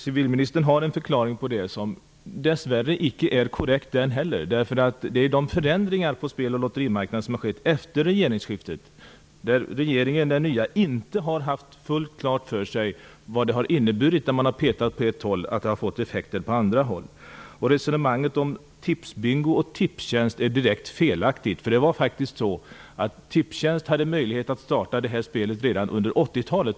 Civiliministern har en förklaring, som dess värre icke är korrekt den heller. Vad gäller de förändringar på spel och lotterimarknaden som har skett efter regeringsskiftet har den nya regeringen inte haft fullt klart för sig vad det har fått för effekter på ett håll om man har petat på ett annat. Resonemanget om Tipsbingo och Tipstjänst är direkt felaktigt. Tipstjänst hade faktiskt möjlighet att starta det här spelet redan under 80-talet.